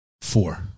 Four